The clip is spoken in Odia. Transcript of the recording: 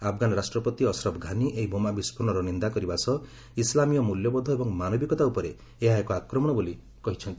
ଆପଗାନ ରାଷ୍ଟ୍ରପତି ଅସରଫ୍ ଘାନି ଏହି ବୋମା ବିସ୍କୋରଣର ନିନ୍ଦା କରିବା ସହ ଇସ୍ଲାମୀୟ ମୂଲ୍ୟବୋଧ ଏବଂ ମାନବିକତା ଉପରେ ଏହା ଏକ ଆକ୍ରମଣ ବୋଲି କହିଛନ୍ତି